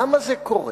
למה זה קורה?